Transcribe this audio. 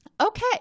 Okay